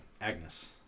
Agnes